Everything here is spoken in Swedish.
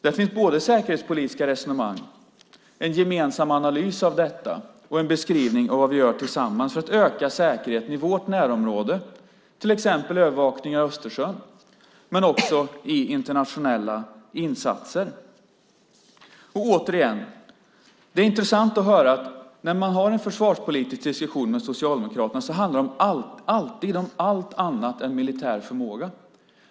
Där finns både säkerhetspolitiska resonemang, en gemensam analys av detta och en beskrivning av vad vi gör tillsammans för att öka säkerheten i vårt närområde, till exempel övervakning av Östersjön, men också i internationella insatser. Återigen är det intressant att konstatera att när man har en försvarspolitisk diskussion med Socialdemokraterna handlar det alltid om allt annat än militär förmåga.